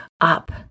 up